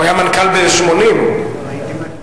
הוא היה מנכ"ל ב-1980, לא, הייתי מנכ"ל,